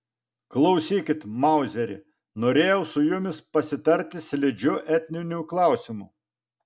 klausykit mauzeri norėjau su jumis pasitarti slidžiu etniniu klausimu